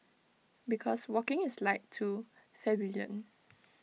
because walking is like too plebeian